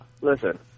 listen